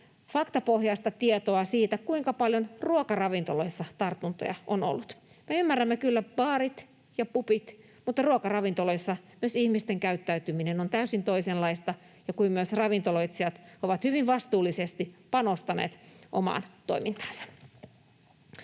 faktapohjaista tietoa siitä, kuinka paljon ruokaravintoloissa tartuntoja on ollut. Me ymmärrämme kyllä baarit ja pubit, mutta ruokaravintoloissa myös ihmisten käyttäytyminen on täysin toisenlaista, ja myös ravintoloitsijat ovat hyvin vastuullisesti panostaneet omaan toimintaansa.